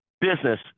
business